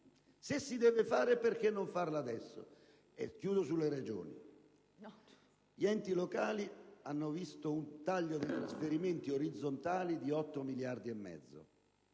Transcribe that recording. Se si deve fare, perché non farla adesso? Chiudo sulle Regioni. Gli enti locali hanno visto un taglio dei trasferimenti orizzontali di 8 miliardi e mezzo.